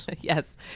Yes